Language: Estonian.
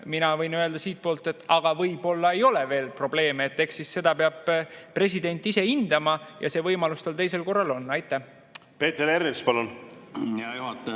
mina võin öelda siitpoolt, et aga võib-olla ei ole enam probleeme. Eks seda peab president ise hindama ja see võimalus tal teisel korral on. Aitäh!